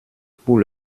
pour